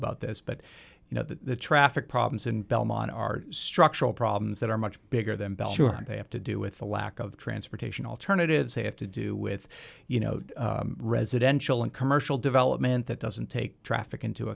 about this but you know the traffic problems in belmont are structural problems that are much bigger than bell sure they have to do with the lack of transportation alternatives they have to do with you know residential and commercial development that doesn't take traffic into